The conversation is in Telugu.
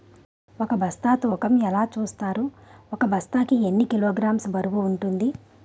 వరి బస్తా తూకం ఎలా చూస్తారు? ఒక బస్తా కి ఎన్ని కిలోగ్రామ్స్ బరువు వుంటుంది?